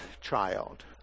child